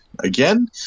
again